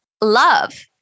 love